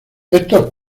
estos